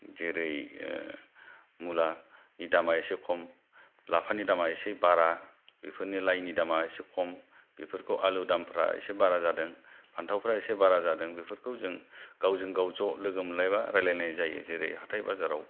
जेरै आह मुलानि दामा एसे कम लाफानो दामा एसे बारा बिउरनि लाइनि दामा एसे कम बेफोरखौ आलु दामफ्रा एसे बारा जादों फान्थाउफ्रा एसे बारा जादों बेफोरखौ जों गावजों गाउ ज' लोगो मोनलायबा लायरायनाय जायो जेरै हाथाय बाजाराव